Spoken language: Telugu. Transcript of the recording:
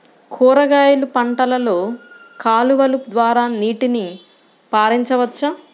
కూరగాయలు పంటలలో కాలువలు ద్వారా నీటిని పరించవచ్చా?